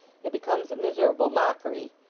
it becomes a miserable mockery.